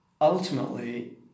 Ultimately